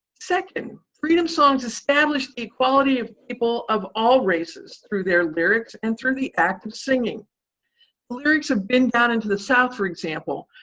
second, freedom songs established equality of people of all races through their lyrics and through the act of singing. the lyrics of been down into the south, for example,